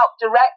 direct